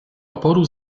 oporu